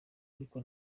ariko